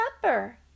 supper